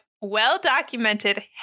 well-documented